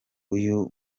uyu